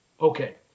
Okay